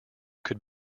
could